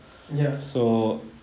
ya